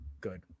good